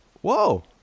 whoa